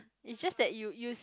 it's just that you you